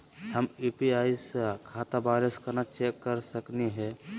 हम यू.पी.आई स खाता बैलेंस कना चेक कर सकनी हे?